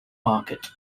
market